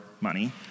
money